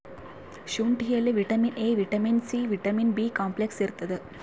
ಶುಂಠಿಯಲ್ಲಿ vitamin A vitamin C vitamin B complex ಇರ್ತಾದ